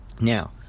Now